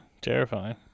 terrifying